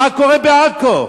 מה קורה בעכו?